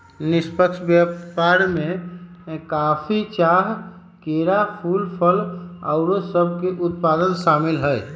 निष्पक्ष व्यापार में कॉफी, चाह, केरा, फूल, फल आउरो सभके उत्पाद सामिल हइ